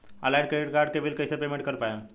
Online credit card के bill कइसे payment कर पाएम?